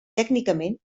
tècnicament